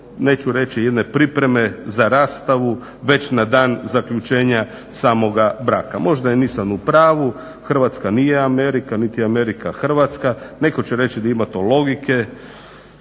neću reći jedne pripreme za rastavu već na dan zaključenja samoga braka. Možda i nisam u pravu, Hrvatska nije Amerika niti je Amerika Hrvatska. Netko će reći di ima tu logike,